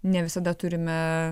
ne visada turime